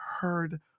heard